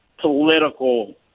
political